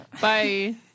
bye